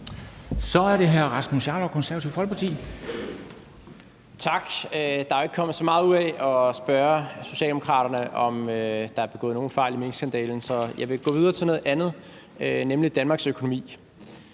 Så er det hr. Rasmus Jarlov, Det Konservative Folkeparti. Kl. 09:54 Rasmus Jarlov (KF): Tak. Der er jo ikke kommet så meget ud af at spørge Socialdemokraterne, om der er begået nogen fejl i minkskandalen, så jeg vil gå videre til noget andet, nemlig Danmarks økonomi.